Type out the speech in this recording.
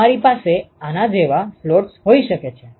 તેથી તમારી પાસે આના જેવા સ્લોટ્સ હોઈ શકે છે